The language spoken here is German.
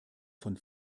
von